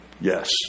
yes